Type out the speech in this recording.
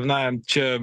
na čia